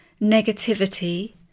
negativity